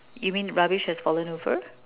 you mean rubbish has fallen over